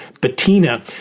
Batina